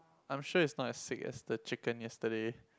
I'm sure it's not as sick as the chicken yesterday